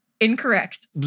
incorrect